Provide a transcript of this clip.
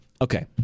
Okay